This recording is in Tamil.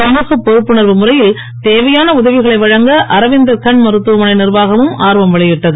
சமூகப் பொறுப்புணர்வு முறையில் தேவையான உதவிகளை வழங்க அரவிந்தர் கண் மருத்துவமனை நீர்வாகமும் ஆர்வம் வெளியிட்டது